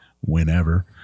whenever